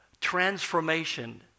transformation